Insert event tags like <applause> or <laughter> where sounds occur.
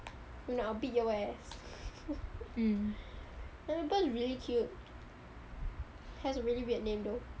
or not I'll beat your ass <laughs> and the bird's really cute has really weird name though